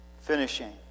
Finishing